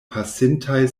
pasintaj